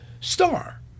star